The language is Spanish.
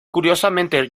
curiosamente